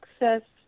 access